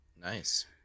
Nice